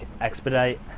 Expedite